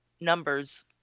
numbers